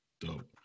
Dope